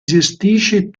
gestisce